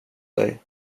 dig